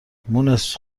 مونس